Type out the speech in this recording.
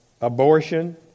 abortion